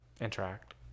Interact